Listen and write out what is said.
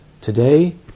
today